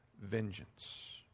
vengeance